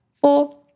four